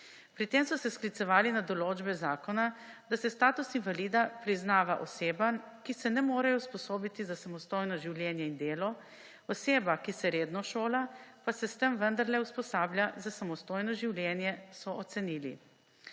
Pri tem so se sklicevali na določbe zakona, da se status invalida priznava osebam, ki se ne morejo usposobiti za samostojno življenje in delo, oseba, ki se redno šola, pa se s tem vendarle usposablja za samostojno življenje, so ocenili.